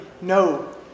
no